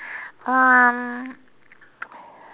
um